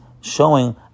showing